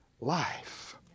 Life